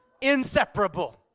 Inseparable